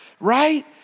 right